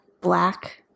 black-